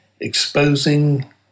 exposing